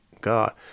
god